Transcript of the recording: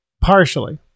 partially